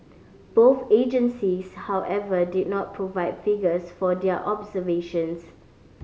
both agencies however did not provide figures for their observations